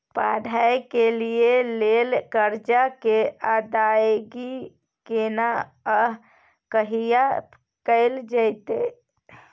पढै के लिए लेल कर्जा के अदायगी केना आ कहिया कैल जेतै?